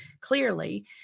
Clearly